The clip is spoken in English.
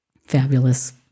fabulous